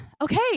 okay